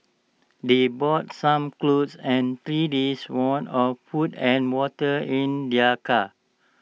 they brought some clothes and three days' worth of food and water in their car